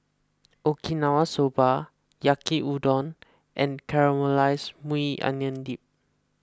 Okinawa Soba Yaki Udon and Caramelized Maui Onion Dip